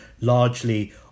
largely